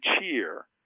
cheer